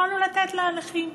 יכולנו לתת לאנשים.